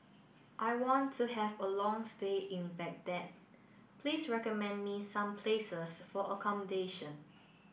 I want to have a long stay in Baghdad please recommend me some places for accommodation